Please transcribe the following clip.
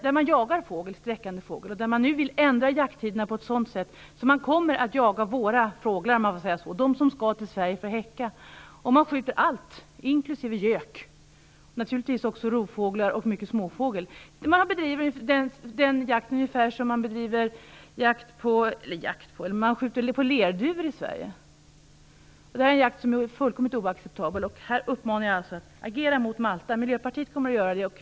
Där jagar man sträckande fågel, och nu vill man ändra jakttiderna på ett sådant sätt att man kommer att jaga "våra" fåglar, dvs. de som skall till Sverige för att häcka. Man skjuter allt, inklusive gök och naturligtvis även rovfåglar och mycket småfågel. Man bedriver jakt på ungefär samma sätt som man skjuter lerduvor i Sverige. Detta är en jakt som är fullkomligt oacceptabel. Jag uppmanar er alltså att agera mot Malta. Miljöpartiet kommer att göra det.